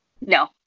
No